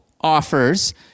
offers